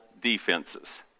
defenses